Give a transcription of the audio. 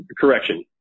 correction